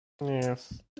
Yes